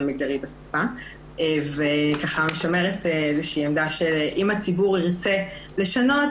המגדרי בשפה וככה משמרת איזושהי עמדה שאם הציבור ירצה לשנות,